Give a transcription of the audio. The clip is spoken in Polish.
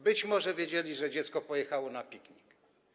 Być może wiedzieli, że dziecko pojechało na piknik.